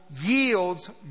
yields